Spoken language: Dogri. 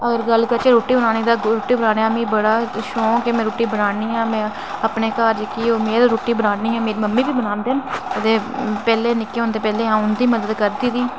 अगर गल्ल करचै रुट्टी बनाने दी तां रुट्टी बनाने दा मिगी बड़ा शौक ऐ रुट्टी बनानी आं अपने घर जेह्की में ते रुट्टी बनानी आं ते मेरी मम्मी बी बनांदे न ते पैह्लें निक्के होंदे अंऊ उंदी मदद करदी ही